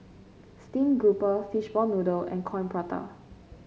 Steamed Grouper Fishball Noodle and Coin Prata